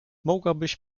mogłabyś